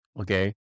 Okay